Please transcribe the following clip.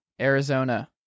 Arizona